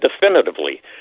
definitively